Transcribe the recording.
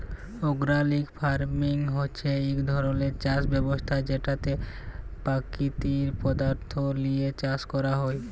organic farming হছে ইক ধরলের চাষ ব্যবস্থা যেটতে পাকিতিক পদাথ্থ লিঁয়ে চাষ ক্যরা হ্যয়